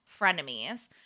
frenemies